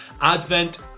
advent